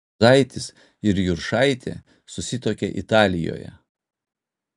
juzaitis ir juršaitė susituokė italijoje